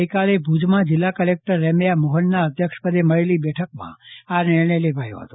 ગઈકાલે ભુજમાં જિલ્લા કલેકટર રેમ્યા મોહનના અધ્યક્ષપદે મળેલી બેઠકમાં આ નિર્ણય લેવાયો હતો